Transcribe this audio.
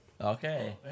Okay